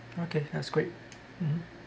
okay that's great mmhmm